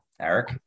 Eric